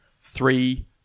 three